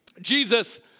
Jesus